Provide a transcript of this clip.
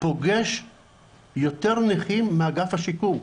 פוגש יותר נכים מאגף השיקום,